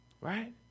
Right